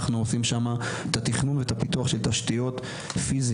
אנחנו עושים שם את התכנון ואת הפיתוח של תשתיות פיזיות.